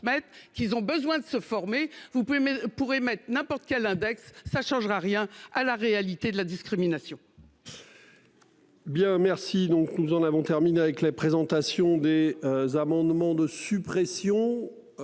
qu'ils ont besoin de se former, vous pouvez mais pourrait mettre n'importe quel index ça changera rien à la réalité de la discrimination.